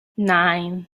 nine